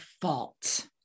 fault